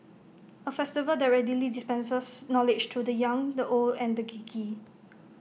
A festival that readily dispenses knowledge to the young the old and the geeky